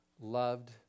loved